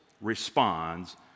responds